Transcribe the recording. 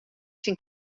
syn